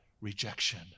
rejection